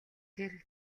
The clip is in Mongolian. тэр